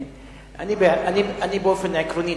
באופן עקרוני,